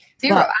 Zero